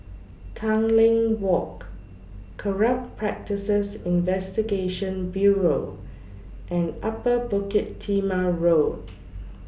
Tanglin Walk Corrupt Practices Investigation Bureau and Upper Bukit Timah Road